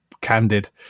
candid